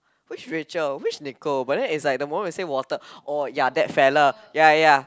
which Rachel which Nicole but then it's like the moment you say water oh ya that fella ya ya